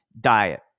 diet